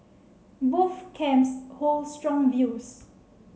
both camps hold strong views